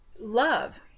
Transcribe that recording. love